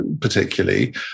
particularly